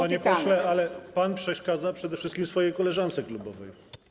Panie pośle, ale pan przeszkadza przede wszystkim swojej koleżance klubowej.